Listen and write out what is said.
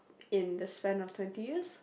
in the span of twenty years